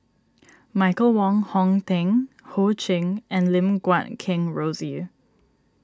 Michael Wong Hong Teng Ho Ching and Lim Guat Kheng Rosie